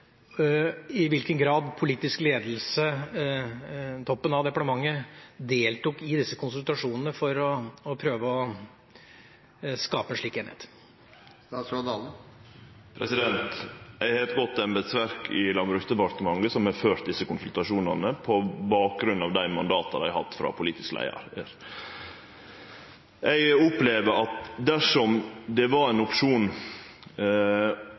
i hvilken grad politisk ledelse, toppen av departementet, deltok i disse konsultasjonene for å prøve å skape slik enighet. Eg har eit godt embetsverk i Landbruksdepartementet, som har ført desse konsultasjonane på bakgrunn av dei mandata det har hatt frå politisk leiar. Eg opplever at dersom det var ein opsjon